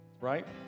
right